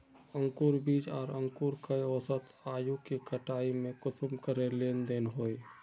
अंकूर बीज आर अंकूर कई औसत आयु के कटाई में कुंसम करे लेन देन होए?